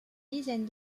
dizaine